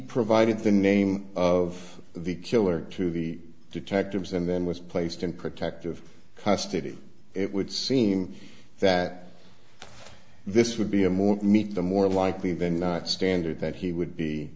provided the name of the killer to the detectives and then was placed in protective custody it would seem that this would be a more meet the more likely than not standard that he would